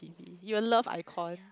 you will love ikon